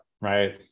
Right